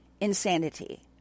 Insanity